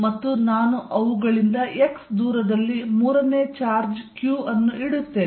ಮತ್ತು ನಾನು ಅವುಗಳಿಂದ x ದೂರದಲ್ಲಿ ಮೂರನೇ ಚಾರ್ಜ್ q ಅನ್ನು ಇಡುತ್ತೇನೆ